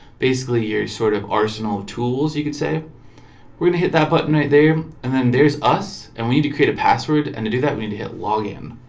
basically, you're sort of arsenal of tools you could say we're gonna hit that button right there and then there's us and we need to create a password and to do that. we need to hit login